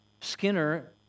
Skinner